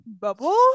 bubble